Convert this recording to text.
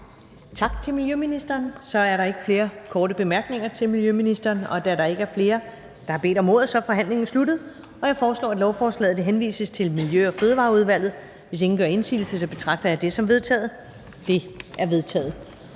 Tak til miljøministeren. Så er der ikke flere korte bemærkninger til miljøministeren. Da der ikke er flere, der har bedt om ordet, er forhandlingen sluttet. Jeg foreslår, at lovforslaget henvises til Miljø- og Fødevareudvalget. Hvis ingen gør indsigelse, betragter jeg det som vedtaget. Det er vedtaget.